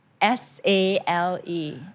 S-A-L-E